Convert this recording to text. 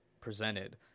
presented